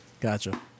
Gotcha